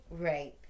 right